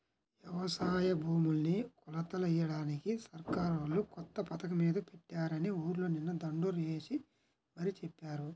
యవసాయ భూముల్ని కొలతలెయ్యడానికి సర్కారోళ్ళు కొత్త పథకమేదో పెట్టారని ఊర్లో నిన్న దండోరా యేసి మరీ చెప్పారు